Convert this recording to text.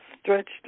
stretched